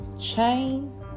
chain